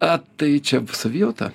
a tai čia bus savijauta